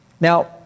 Now